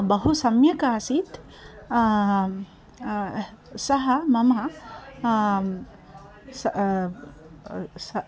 बहु सम्यक् आसीत् सः मम सः सः